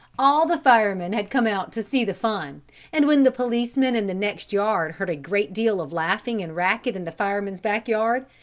all the firemen had come out to see the fun and when the policemen in the next yard heard a great deal of laughing and racket in the fireman's back yard,